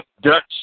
Dutch